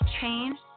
Change